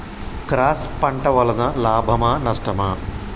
Cross పంట వలన లాభమా నష్టమా?